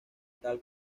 tal